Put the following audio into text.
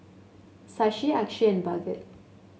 Shashi Akshay and Bhagat